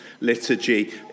liturgy